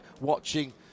watching